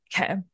Okay